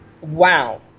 wow